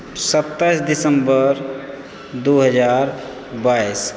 सत्ताइस दिसम्बर दू हजार बाइस